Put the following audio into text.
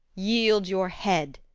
yield your head,